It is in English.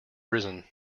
risen